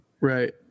Right